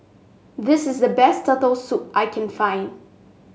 this is the best Turtle Soup that I can find